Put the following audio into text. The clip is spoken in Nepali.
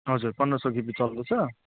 हजुर पन्ध्र सय किबी चल्दैछ